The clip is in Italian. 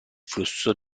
flusso